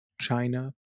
China